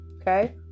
Okay